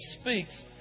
speaks